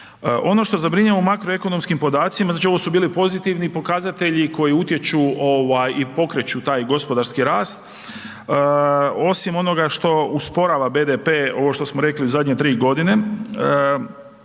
Ono što zabrinjava u makroekonomskim podacima, znači ovo su bili pozitivni pokazatelji koji utječu ovaj i pokreću taj gospodarski rast, osim onoga što usporava BDP ovo što smo rekli zadnje 3 godine,